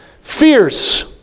fierce